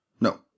no